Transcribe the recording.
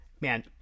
man